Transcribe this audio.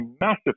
massive